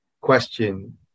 question